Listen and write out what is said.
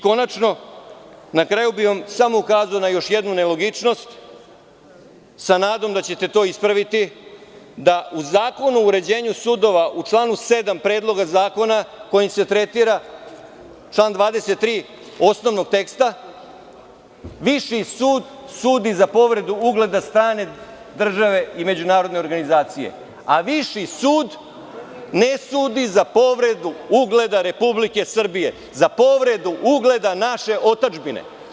Konačno, na kraju bih vam samo ukazao na još jednu nelogičnost sa nadom da ćete to ispraviti da u Zakonu o uređenju sudova u članu 7. Predloga zakona kojim se tretira član 23. osnovnog teksta Viši sud sudi za povredu ugleda strane države i međunarodne organizacije, a Viši sud ne sudi za povredu ugleda Republike Srbije, za povredu ugleda naše otadžbine.